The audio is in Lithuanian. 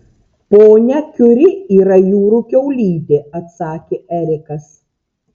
ponia kiuri yra jūrų kiaulytė atsakė erikas